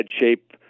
shape